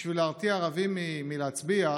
בשביל להרתיע ערבים מלהצביע,